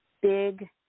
big